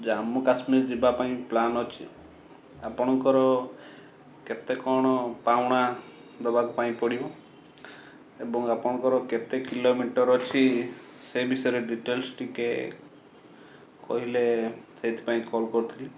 ଜମ୍ମୁକାଶ୍ମୀର ଯିବା ପାଇଁ ପ୍ଲାନ୍ ଅଛି ଆପଣଙ୍କର କେତେକଣ ପାଉଣା ଦେବା ପାଇଁ ପଡ଼ିବ ଏବଂ ଆପଣଙ୍କର କେତେ କିଲୋମିଟର ଅଛି ସେ ବିଷୟରେ ଡିଟେଲ୍ସ ଟିକେ କହିଲେ ସେଥିପାଇଁ କଲ୍ କରିଥିଲି